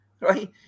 right